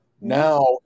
Now